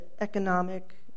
economic